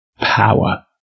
power